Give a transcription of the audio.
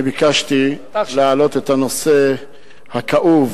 אני ביקשתי להעלות את הנושא הכאוב,